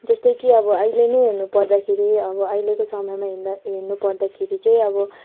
जस्तै कि अब अहिले नै हेर्नु पर्दाखेरि अब अहिलेको समयमा हेर्न हेर्नु पर्दाखेरि चाहिँ अब